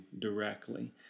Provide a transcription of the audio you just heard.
directly